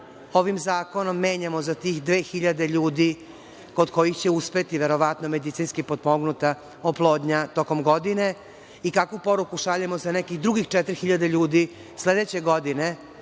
ovim zakonom menjamo za tih 2.000 ljudi kod kojih će uspeti, verovatno, medicinski potpomognuta oplodnja tokom godine i kakvu poruku šaljemo za nekih drugih 4.000 ljudi sledeće godine